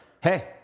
hey